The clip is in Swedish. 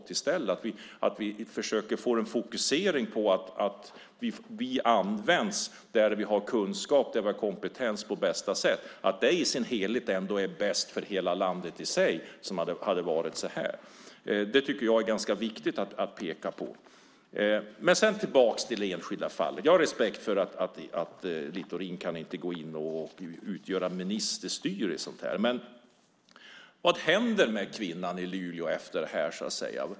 Vi borde försöka få en fokusering på att vi används där vi har kunskap, där vi har kompetens på bästa sätt. Det är i sin helhet ändå bäst för hela landet. Det tycker jag är ganska viktigt att peka på. Men jag ska gå tillbaka till det enskilda fallet. Jag har respekt för att Littorin inte kan utöva ministerstyre. Men vad händer med kvinnan i Luleå efter det här?